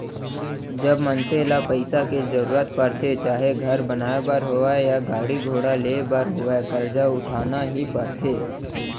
जब मनसे ल पइसा के जरुरत परथे चाहे घर बनाए बर होवय या गाड़ी घोड़ा लेय बर होवय करजा उठाना ही परथे